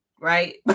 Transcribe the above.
right